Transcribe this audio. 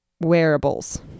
wearables